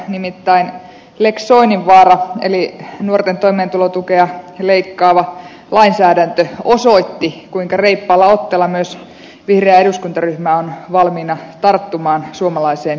nimittäin lex soininvaara eli nuorten toimeentulotukea leikkaava lainsäädäntö osoitti kuinka reippaalla otteella myös vihreä eduskuntaryhmä on valmiina tarttumaan suomalaiseen köyhyyteen